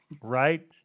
right